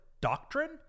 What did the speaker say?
doctrine